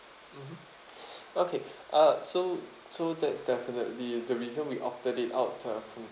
mmhmm okay uh so so that's definitely the reason we opted it out uh from